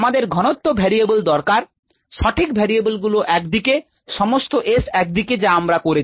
আমাদের সমস্ত ভেরিয়েবল দরকার সঠিক ভেরিয়েবল গুলো একদিকেসমস্ত s একদিকে যা আমরা করেছি